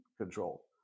control